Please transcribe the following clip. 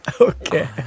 Okay